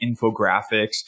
infographics